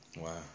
Wow